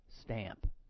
stamp